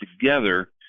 together